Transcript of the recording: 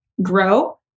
grow